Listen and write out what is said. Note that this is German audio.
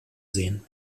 sehen